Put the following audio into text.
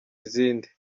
izindi